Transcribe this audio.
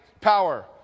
power